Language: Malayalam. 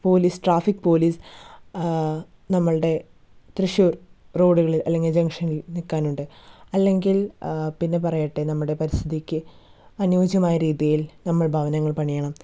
പോലീസ് ട്രാഫിക് പോലീസ് നമ്മളുടെ തൃശ്ശൂർ റോഡുകളിൽ അല്ലെങ്കിൽ ജംഗ്ഷനിൽ നിൽക്കാറുണ്ട് അല്ലെങ്കിൽ പിന്നെ പറയട്ടെ നമ്മുടെ പരിസ്ഥിതിക്ക് അനുയോജ്യമായ രീതിയിൽ നമ്മൾ ഭവനങ്ങൾ പണിയണം